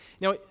Now